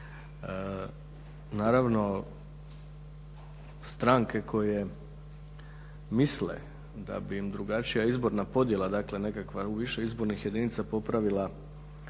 Naravno, stranke koje misle da bi im drugačija izborna podjela, dakle nekakva u više izbornih jedinica popravila